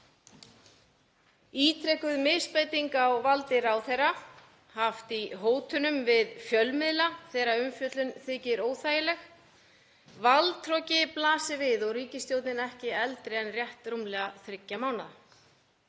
ítrekuð misbeiting á valdi ráðherra, haft í hótunum við fjölmiðla þegar umfjöllun þykir óþægileg, valdhroki blasir við og ríkisstjórnin ekki eldri en rétt rúmlega þriggja mánaða.